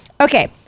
Okay